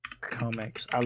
comics